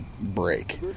break